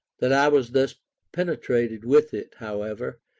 that i was thus penetrated with it, however,